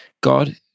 God